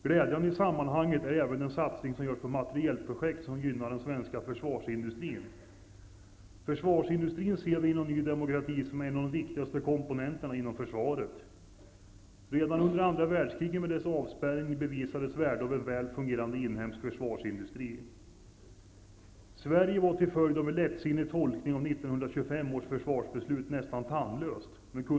Glädjande i sammanhanget är även den satsning som görs på materialprojekt och som gynnar den svenska försvarsindustrin. Försvarsindustrin ser vi inom Ny demokrati som en av de viktigaste komponenterna inom försvaret. Redan under andra världskriget med dess avspärrning bevisades värdet av en väl fungerande inhemsk försvarsindustri. Sverige var till följd av en lättsinnig tolkning av 1925 års försvarsbeslut nästan tandlöst.